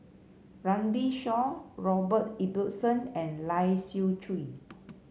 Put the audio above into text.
Runme Shaw Robert Ibbetson and Lai Siu Chiu